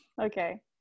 okay